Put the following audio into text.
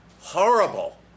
horrible